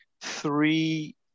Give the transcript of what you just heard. three